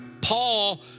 Paul